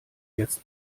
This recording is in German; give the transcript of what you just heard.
jetzt